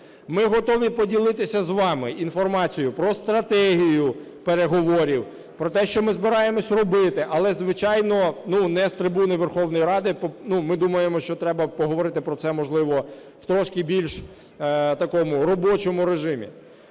Ми готові поділитися з вами інформацією про стратегію переговорів, про те, що ми збираємося робити, але, звичайно, не з трибуни Верховної Ради. Ми думаємо, що треба поговорити про це, можливо, в трошки більш такому робочому режимі.